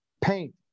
Paint